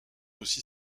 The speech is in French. aussi